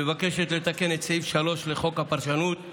מבקשת לתקן את סעיף 3 לחוק הפרשנות,